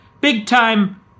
big-time